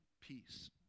peace